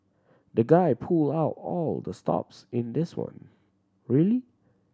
the guy pulled out all the stops in this one really